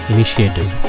Initiative